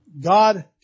God